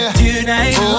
tonight